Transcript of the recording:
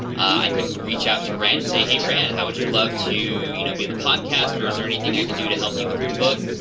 i could reach out to rand and say, hey rand, how would you love to you know be on the podcast? or is there anything i could do to help you with your book?